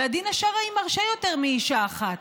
והדין השרעי מרשה יותר מאישה אחת.